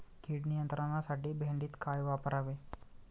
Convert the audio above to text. कीड नियंत्रणासाठी भेंडीत काय वापरावे?